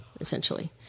essentially